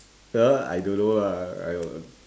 that one I don't know lah I